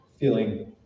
feeling